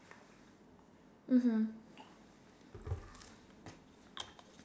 mmhmm